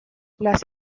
las